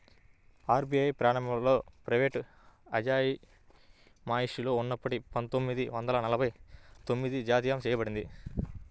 RBI ప్రారంభంలో private అజమాయిషిలో ఉన్నప్పటికీ పందొమ్మిది వందల నలభై తొమ్మిదిలో జాతీయం చేయబడింది